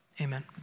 Amen